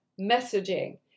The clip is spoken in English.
messaging